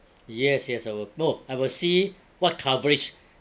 yes yes I will no I will see what coverage